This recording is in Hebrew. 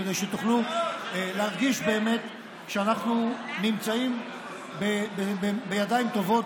כדי שתוכלו להרגיש באמת שאנחנו נמצאים בידיים טובות,